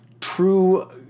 true